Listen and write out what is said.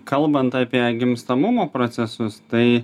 kalbant apie gimstamumo procesus tai